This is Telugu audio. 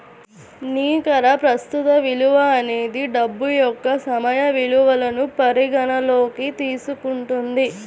నికర ప్రస్తుత విలువ అనేది డబ్బు యొక్క సమయ విలువను పరిగణనలోకి తీసుకుంటుంది